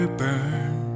burn